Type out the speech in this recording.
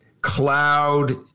cloud